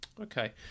Okay